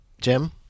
Jim